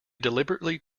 deliberately